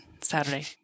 Saturday